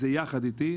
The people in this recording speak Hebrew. זה יחד איתי.